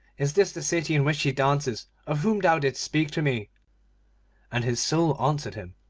is this the city in which she dances of whom thou didst speak to me and his soul answered him,